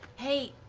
hey.